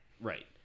Right